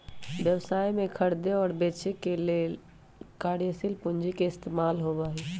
व्यवसाय में खरीदे और बेंचे ला कार्यशील पूंजी के इस्तेमाल होबा हई